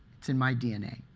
it's in my dna.